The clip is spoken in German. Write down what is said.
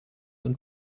und